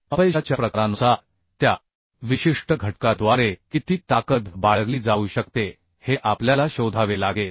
अपयशाच्या प्रकारानुसार त्या विशिष्ट घटका द्वारे किती ताकद बाळगली जाऊ शकते हे आपल्याला शोधावे लागेल